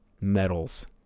medals